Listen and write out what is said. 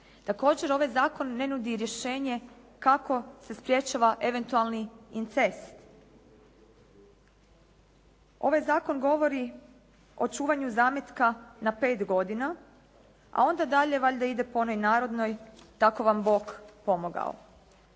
Također, ovaj zakon ne nudi i rješenje kako se sprječava eventualni incest. Ovaj zakon govori o čuvanju zametka na pet godina, a onda dalje valjda ide po onoj narodnoj tako vam Bog pomogao.